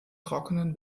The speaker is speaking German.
trockenen